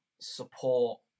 support